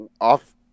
off